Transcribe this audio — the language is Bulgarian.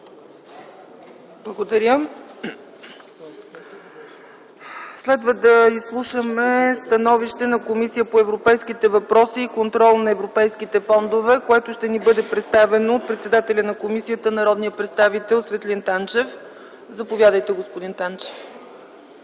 Благодаря. Следва да изслушаме становището на Комисията по европейските въпроси и контрол на европейските фондове, което ще ни бъде представено от председателя на комисията - народният представител Светлин Танчев. Заповядайте, господин Танчев.